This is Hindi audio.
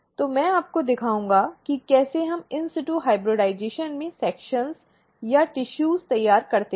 तो मैं आपको दिखाऊंगा कि कैसे हम in situ hybridization में अनुभाग या ऊतक तैयार करते हैं